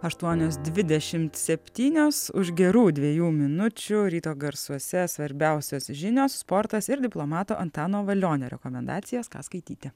aštuonios dvidešimt septynios už gerų dviejų minučių ryto garsuose svarbiausios žinios sportas ir diplomato antano valionio rekomendacijos ką skaityti